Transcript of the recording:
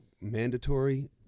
mandatory